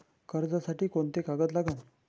कर्जसाठी कोंते कागद लागन?